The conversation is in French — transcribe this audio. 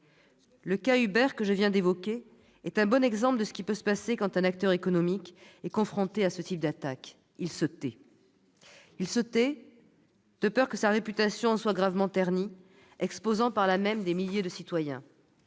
Le cas Uber, que je viens d'évoquer, est un bon exemple de ce qui peut se passer quand un acteur économique est confronté à ce type d'attaque : il se tait. Il se tait de peur que sa réputation n'en soit gravement ternie, exposant par là même des milliers de citoyens